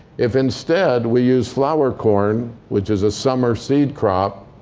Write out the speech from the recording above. if instead we use flour corn, which is a summer seed crop,